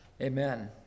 Amen